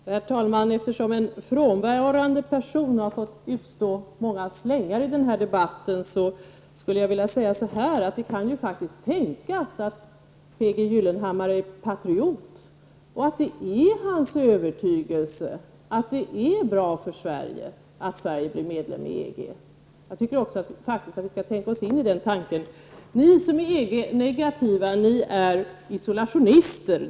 Herr talman! Eftersom en frånvarande person har fått utstå många slängar i den här debatten vill jag ta honom i försvar. Det kan ju faktiskt tänkas att PG Gyllenhammar är patriot och att det är hans övertygelse att det är bra för Sverige att bli medlem i EG. Jag tycker att man borde tänka sig in i den tanken. Ni som är negativa till EG är isolationister.